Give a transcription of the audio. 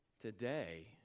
today